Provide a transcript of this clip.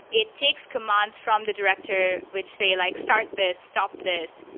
it takes commands from the director which say like, start this. stop this.